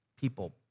people